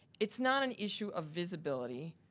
it's not an issue of visibility,